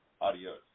adios